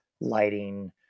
lighting